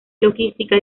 logística